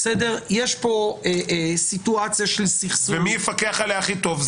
יש פה סיטואציה של סכסוך --- ומי יפקח עליה הכי טוב?